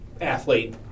athlete –